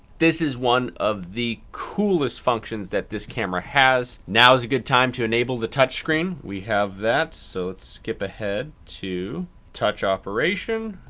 this is one of the coolest functions that this camera has. now is a good time to enable the touch screen. we have that, so lets skip ahead to touch operation.